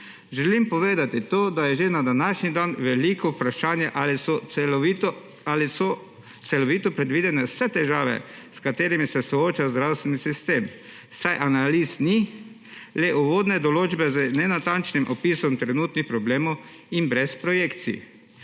Želim povedati to, da je že na današnji dan veliko vprašanje, ali so celovito predvidene vse težave, s katerimi se sooča zdravstveni sistem, saj analiz ni, le uvodne določbe z nenatančnim opisom trenutnih problemov in brez projekcij.